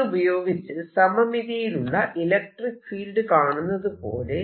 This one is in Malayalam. ഇതുപയോഗിച്ച് സമമിതിയിലുള്ള ഇലക്ട്രിക്ക് ഫീൽഡ് കാണുന്നതുപോലെ